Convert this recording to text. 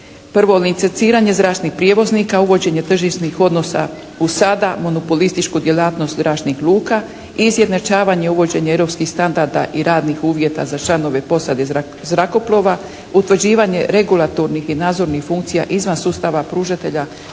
Prvo, licenciranje zračnih prijevoznika, uvođenje tržišnih odnosa u sada monopolističku djelatnost zračnih luka, izjednačavanje uvođenje europskih standarda i radih uvjeta za članove posade i zrakoplova, utvrđivanje regulatornih i nadzornih funkcija izvan sustava pružatelja usluge